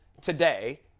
today